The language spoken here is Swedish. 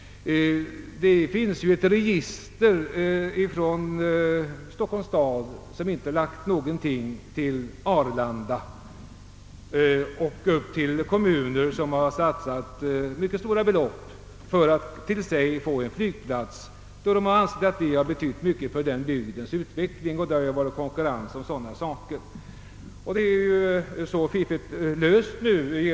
Det finns ett register från Stockholms stad, som inte satsat någonting på Arlanda, till kommuner som satsat mycket stora belopp för att få en flygplats, eftersom de ansett att detta betyder mycket för bygdens utveckling. Det har ju ofta varit konkurrens mellan kommunerna om att få en planerad flygplats.